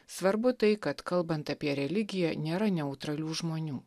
svarbu tai kad kalbant apie religiją nėra neutralių žmonių